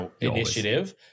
initiative